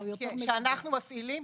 כן, שאנחנו מפעילים.